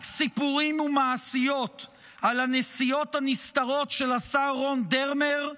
רק סיפורים ומעשיות על הנסיעות הנסתרות של השר רון דרמר,